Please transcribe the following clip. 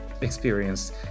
experience